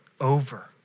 over